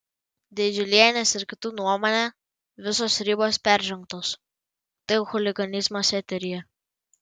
didžiulienės ir kitų nuomone visos ribos peržengtos tai jau chuliganizmas eteryje